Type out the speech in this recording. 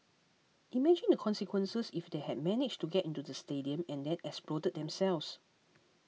imagine the consequences if they had managed to get into the stadium and then exploded themselves